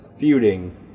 feuding